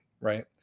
Right